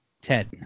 Ted